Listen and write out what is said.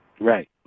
right